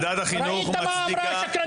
ראית מה אמרה השקרנית?